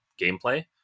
gameplay